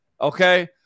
okay